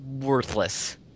worthless